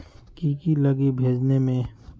की की लगी भेजने में?